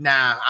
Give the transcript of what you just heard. Nah